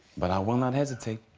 but i will not hesitate